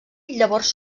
llavors